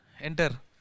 enter